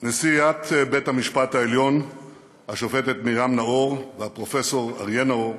נשיאת בית המשפט העליון השופטת מרים נאור ופרופ' אריה נאור,